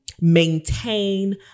maintain